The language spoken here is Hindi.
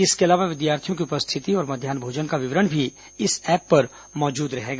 इसके अलाावा विद्यार्थियों की उपस्थिति और मध्यान्ह भोजन का विवरण भी इस ऐप पर मौजूद रहेगा